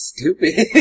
Stupid